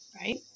right